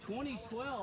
2012